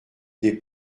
des